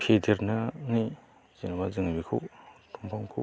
फेदेरनानै जेन'बा जों बेखौ दंफांखौ